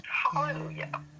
hallelujah